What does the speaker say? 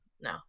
No